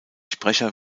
sprecher